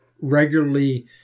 regularly